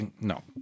No